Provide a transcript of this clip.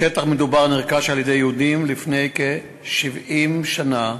השטח המדובר נרכש על-ידי יהודים לפני כ-70 שנה,